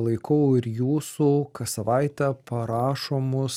laikau ir jūsų kas savaitę parašomus